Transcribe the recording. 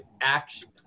action